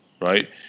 right